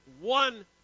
one